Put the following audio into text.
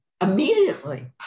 immediately